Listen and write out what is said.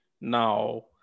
Now